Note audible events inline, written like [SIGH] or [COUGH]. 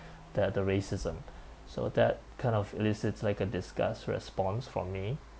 [BREATH] that the racism so that kind of illicits like a disgust respond from me